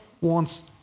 wants